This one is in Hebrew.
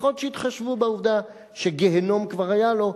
לפחות שיתחשבו בעובדה שגיהינום כבר היה לו,